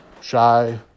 shy